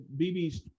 BB's